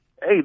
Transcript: hey